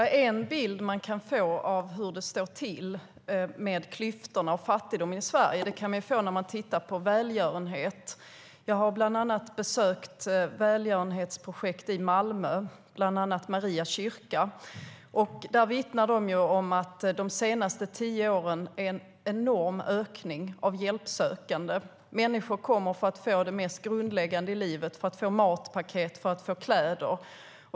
Herr talman! En bild av hur det står till med klyftorna och fattigdomen i Sverige kan man få när man betraktar välgörenhet. Jag har bland annat besökt välgörenhetsprojekt i Maria kyrka i Malmö. Där vittnar de om att det under de senaste tio åren har varit en enorm ökning av hjälpsökande. Människor kommer för att få det mest grundläggande i livet. De får matpaket och kläder.